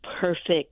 perfect